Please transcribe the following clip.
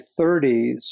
30s